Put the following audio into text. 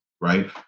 Right